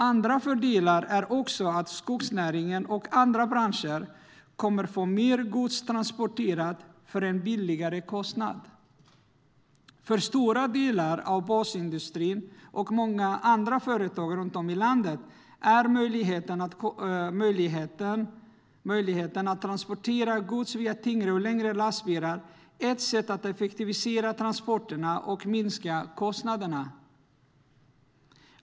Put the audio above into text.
En annan fördel är att skogsnäringen och andra branscher kommer att få mer gods transporterat till en lägre kostnad. För stora delar av basindustrin och många andra företag runt om i landet är möjligheten att transportera gods med tyngre och längre lastbilar ett sätt att effektivisera transporterna och minska kostnaderna.